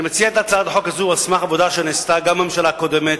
אני מציע את הצעת החוק הזאת על סמך עבודה שנעשתה גם בממשלה הקודמת,